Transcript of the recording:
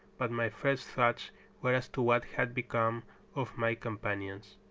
but my first thoughts were as to what had become of my companions.